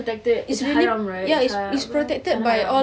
protected it's haram right haram